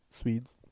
Swedes